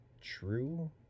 true